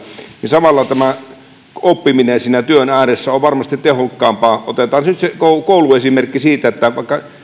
niin samalla oppiminen siinä työn ääressä on varmasti tehokkaampaa otetaan nyt kouluesimerkki siitä että